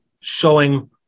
showing